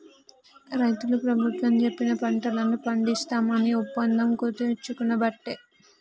రైతులు ప్రభుత్వం చెప్పిన పంటలను పండిస్తాం అని ఒప్పందం కుదుర్చుకునబట్టే